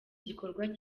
gikorwa